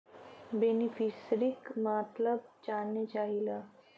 बेनिफिसरीक मतलब जाने चाहीला?